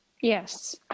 Yes